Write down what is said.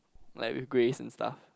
like with grace and stuff